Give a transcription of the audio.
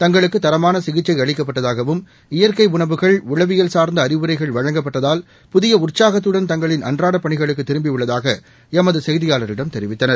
தங்களுக்குதரமானசிகிச்சைஅளிக்கப்பட்டதாகவும் இயற்கைஉணவுகள் உளவியல் சார்ந்தஅறிவுரைகள் வழங்கப்பட்டதால் புதியஉற்சாகத்தடன் தங்களின் அன்றாடப் பணிகளுக்குதிரும்பியுள்ளதாகஎமதுசெய்தியாளரிடம் தெரிவித்தனர்